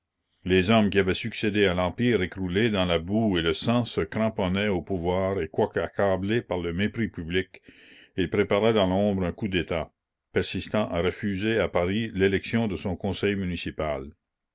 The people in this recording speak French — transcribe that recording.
les hommes qui avaient succédé à l'empire écroulé dans la boue et le sang se cramponnaient au pouvoir et quoique accablés par le mépris public ils préparaient dans l'ombre un coup d'état persistant à refuser à paris l'élection de son conseil municipal